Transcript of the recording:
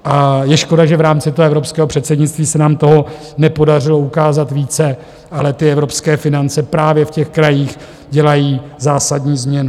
A je škoda, že v rámci evropského předsednictví se nám toho nepodařilo ukázat více, ale ty evropské finance právě v těch krajích dělají zásadní změnu.